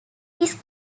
his